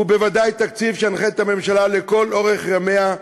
הוא בוודאי תקציב שינחה את הממשלה לכל אורך ימיה,